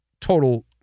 total